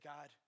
God